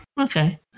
Okay